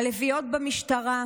הלביאות במשטרה,